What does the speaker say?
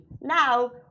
now